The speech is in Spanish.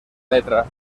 letra